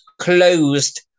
Closed